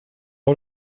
har